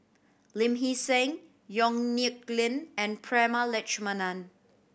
Lee Hee Seng Yong Nyuk Lin and Prema Letchumanan